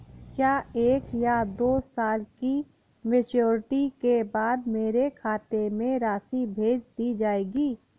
क्या एक या दो साल की मैच्योरिटी के बाद मेरे खाते में राशि भेज दी जाएगी?